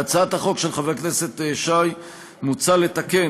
בהצעת החוק של חבר הכנסת שי מוצע לתקן